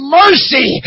mercy